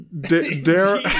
Dare